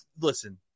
listen